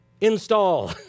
Install